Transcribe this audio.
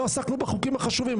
לא עסקנו בחוקים החשובים,